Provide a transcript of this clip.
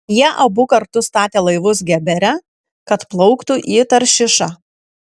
jie abu kartu statė laivus gebere kad plauktų į taršišą